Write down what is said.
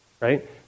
Right